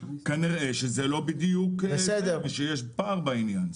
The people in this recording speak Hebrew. כנראה שזה לא בדיוק ושיש פער בעניין.